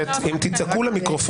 אף אחד לא יזיז לי את המיקרופון.